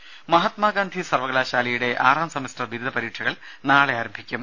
രുമ മഹാത്മാ ഗാന്ധി സർവകലാശാലയുടെ ആറാം സെമസ്റ്റർ ബിരുദ പരീക്ഷകൾ നാളെ ആരംഭിക്കും